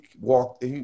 walked